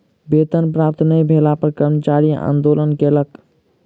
वेतन प्राप्त नै भेला पर कर्मचारी आंदोलन कयलक